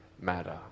matter